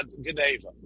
geneva